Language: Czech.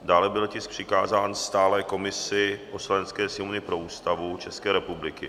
Dále byl tisk přikázán stálé komisi Poslanecké sněmovny pro Ústavu České republiky.